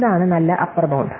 എന്താണ് നല്ല upper bound